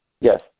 Yes